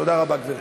תודה רבה, גברתי.